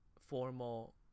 formal